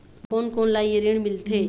कोन कोन ला ये ऋण मिलथे?